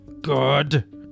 good